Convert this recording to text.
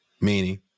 meaning